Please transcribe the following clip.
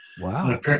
Wow